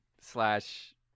slash